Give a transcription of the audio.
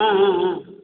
ஆ ஆ ஆ